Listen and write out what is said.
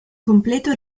completo